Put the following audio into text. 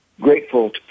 grateful